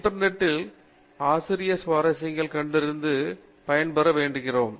இன்டர்நெட்ல் ஆசிரிய சுயவிவரங்களைக் கண்டறிந்து பயன்பெற வேண்டுகிறேன்